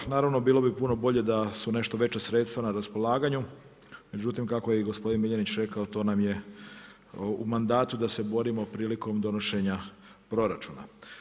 Naravno bilo bi puno bolje da su nešto veća sredstva na raspolaganju, međutim kako je i gospodin Miljenić rekao to nam je u mandatu da se borimo prilikom donošenja proračuna.